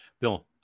Bill